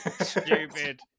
Stupid